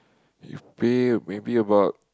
if pay maybe about